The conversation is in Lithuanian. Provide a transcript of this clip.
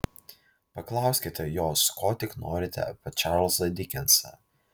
paklauskite jos ko tik norite apie čarlzą dikensą